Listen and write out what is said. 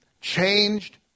changed